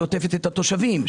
שעוטפת את התושבים,